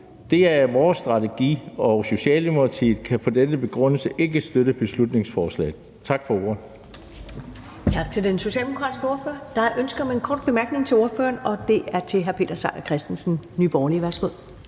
det er vores strategi. Socialdemokratiet kan med den begrundelse ikke støtte beslutningsforslaget. Tak for ordet.